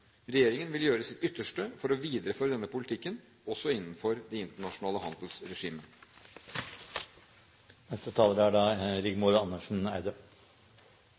Regjeringen vil gjøre sitt ytterste for å videreføre denne politikken, også innenfor det internasjonale handelsregimet. Jeg vil takke utenriksministeren for svaret som vi har fått. Som utenriksministeren var inne på, er